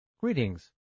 Greetings